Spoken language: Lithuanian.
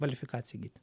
kvalifikaciją įgyti